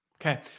Okay